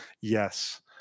yes